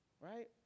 Right